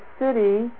City